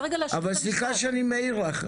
סליחה שאני מעיר לך.